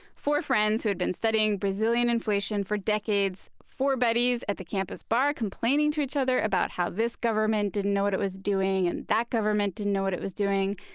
four friends who had been studying brazilian inflation for decades. four buddies at the campus bar complaining to each other about how this government didn't know what it was doing and that government didn't know what it was doing.